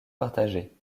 partagée